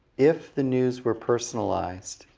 if the news were personalized,